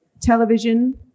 television